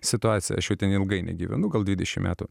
situaciją aš jau ten ilgai negyvenu gal dvidešimt metų